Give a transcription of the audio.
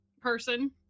person